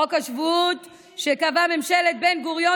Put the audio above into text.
חוק השבות שקבעה ממשלת בן-גוריון